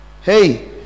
hey